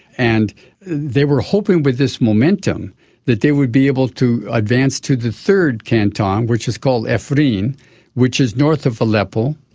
and they were hoping with this momentum that they would be able to advance to the third canton which is called afrin, which is north of aleppo.